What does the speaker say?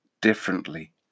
differently